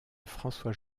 françois